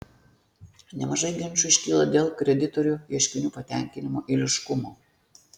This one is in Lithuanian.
nemažai ginčų iškyla dėl kreditorių ieškinių patenkinimo eiliškumo